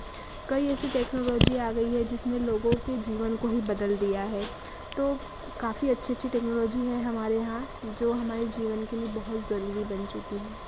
कई ऐसी टेक्नोलॉजी आ गई है जिसने लोगों के जीवन को ही बदल दिया है तो काफ़ी अच्छी अच्छी टेक्नोलॉजी है हमारे यहाँ जो हमारे जीवन के लिए बहुत ज़रूरी बन चुकी है